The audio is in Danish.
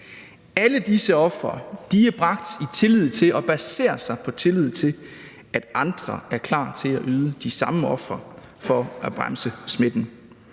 til og baserer sig på tillid til, at andre er klar til at yde de samme ofre for at bremse smitten.